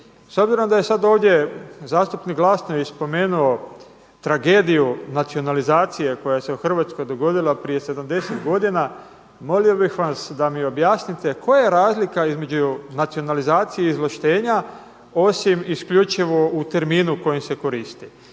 S obzirom da je sada ovdje zastupnik Glasnović spomenuo tragediju nacionalizacije koja se u Hrvatskoj dogodila prije 70 godina, molio bih vas da mi objasnite koja je razlika između nacionalizacije izvlaštenja osim isključivo u terminu kojim se koristi.